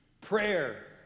Prayer